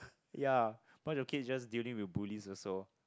ya bunch of kids just dealing with bullies also